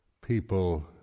people